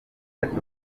gatoki